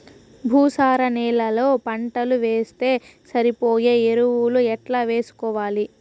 భూసార నేలలో పంటలు వేస్తే సరిపోయే ఎరువులు ఎట్లా వేసుకోవాలి?